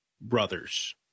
brothers